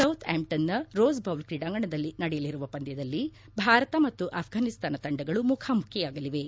south ಆಂಪ್ಟನ್ನ rose bowl ್ರೀಡಾಂಗಣದಲ್ಲಿ ನಡೆಯಲಿರುವ ಪದ್ಯದಲ್ಲಿ ಭಾರತ ಮತ್ತು ಆಫ್ಘಾನಿಸ್ತಾನ ತಂಡಗಳು ಮುಖಾಮುಖಿಯಾಗಲಿವೆ